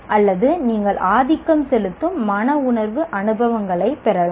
அல்லது நீங்கள் ஆதிக்கம் செலுத்தும் மன உணர்வு அனுபவங்களை பெறலாம்